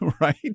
right